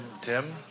Tim